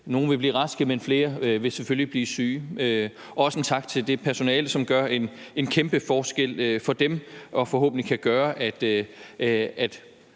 nogle vil blive raske, men at flere selvfølgelig vil blive syge. Og også en tak til det personale, som gør en kæmpe forskel for dem, som forhåbentlig kan gøre, at